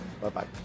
Bye-bye